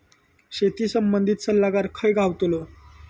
शेती संबंधित सल्लागार खय गावतलो?